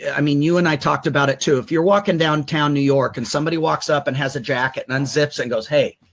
i mean you and i talked about it too, if you're walking downtown new york and somebody walks up and has a jacket and unzips it and goes, hey,